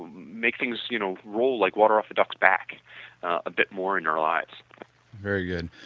make things you know roll like water off a duck's back a bit more in our lives very good.